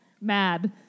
mad